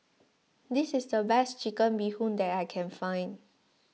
this is the best Chicken Bee Hoon that I can find